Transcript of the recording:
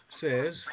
says